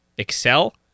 excel